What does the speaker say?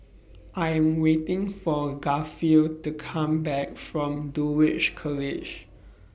I Am waiting For Garfield to Come Back from Dulwich College